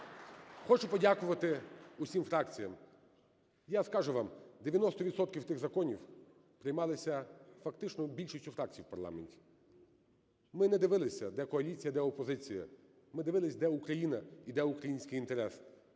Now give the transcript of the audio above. Хочу подякувати всім фракціям. Я скажу вам: 90 відсотків тих законів приймалися фактично більшістю фракцій у парламенті. Ми не дивилися, де коаліція, де опозиція. Ми дивилися, де Україна і де український інтерес.